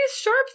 sharp